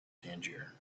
tangier